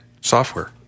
Software